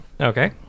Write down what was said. Okay